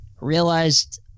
realized